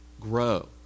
grow